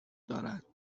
دارد